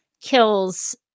kills